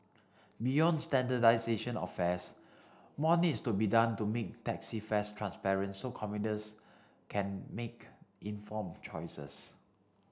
beyond standardisation of fares more needs to be done to make taxi fares transparent so commuters can make informed choices